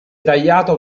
tagliato